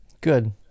Good